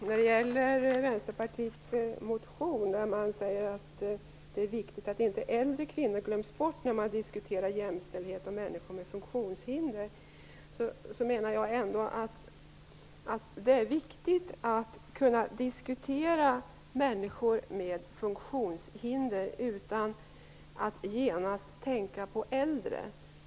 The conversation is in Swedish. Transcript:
Herr talman! I sin motion skriver Vänsterpartiet att det är viktigt att inte äldre kvinnor glöms bort när man diskuterar jämställdhet och människor med funktionshinder. Jag anser att det är angeläget att kunna diskutera människor med funktionshinder utan att genast tänka på äldre.